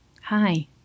hi